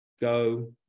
go